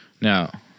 Now